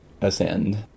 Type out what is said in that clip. ascend